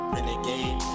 Renegade